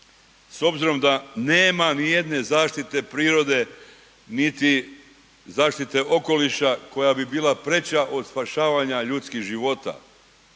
s obzirom da nema ni jedne zaštite prirode niti zaštite okoliša koja bi bila preča od spašavanja ljudskih života